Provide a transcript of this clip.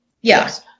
Yes